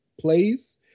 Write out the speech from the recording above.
plays